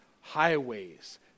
highways